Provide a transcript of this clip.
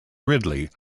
ridley